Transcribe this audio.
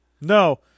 No